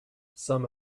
some